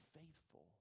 faithful